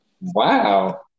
Wow